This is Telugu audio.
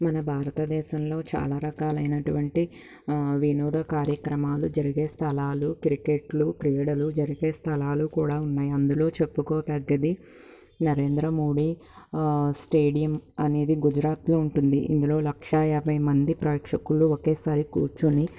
మన భారతదేశంలో చాలా రకాలైనటువంటి వినోద కార్యక్రమాలు జరిగే స్థలాలు క్రికెట్లు క్రీడలు జరిగే స్థలాలు కూడా ఉన్నాయి అందులో చెప్పుకో తగ్గది నరేంద్ర మోడీ స్టేడియం అనేది గుజరాత్లో ఉంటుంది ఇందులో ఒక లక్షా యాభై మంది ప్రేక్షకులు ఒకేసారి కూర్చొని